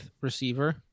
receiver